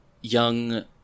young